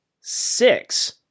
six